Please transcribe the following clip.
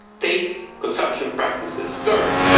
taste, consumption practices. third,